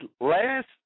last